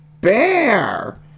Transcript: Bear